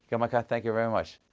yeah like ah thank you very much.